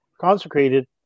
consecrated